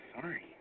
Sorry